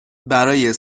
برای